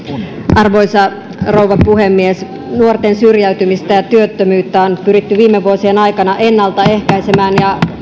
arvoisa rouva puhemies nuorten syrjäytymistä ja työttömyyttä on pyritty viime vuosien aikana ennalta ehkäisemään ja